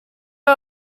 are